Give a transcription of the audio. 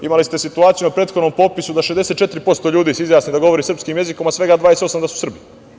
Imali smo situaciju na prethodnom popisu da 64% ljudi se izjasni da govori srpskim jezikom, a svega 28% da su Srbi.